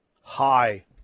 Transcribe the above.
Hi